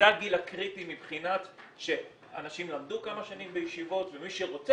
זה הגיל הקריטי שאנשים למדו כמה שנים בישיבות ומי שרוצה